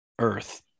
earth